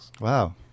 Wow